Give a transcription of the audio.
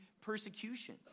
persecution